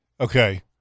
Okay